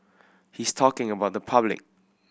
he's talking about the public